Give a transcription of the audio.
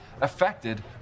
affected